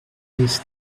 these